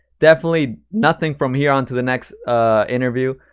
definitely nothing from here on to the next interview.